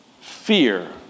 fear